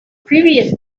previous